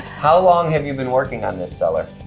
how long have you been working on this cellar?